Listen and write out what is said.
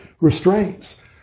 restraints